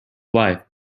life